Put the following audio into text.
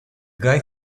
guy